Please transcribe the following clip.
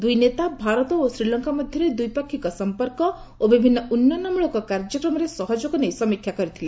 ଦୁଇ ନେତା ଭାରତ ଓ ଶ୍ରୀଲଙ୍କା ମଧ୍ୟରେ ଦ୍ୱିପାକ୍ଷିକ ସମ୍ପର୍କ ଓ ବିଭିନ୍ନ ଉନ୍ନୟନମୂଳକ କାର୍ଯ୍ୟକ୍ରମରେ ସହଯୋଗ ନେଇ ସମୀକ୍ଷା କରିଥିଲେ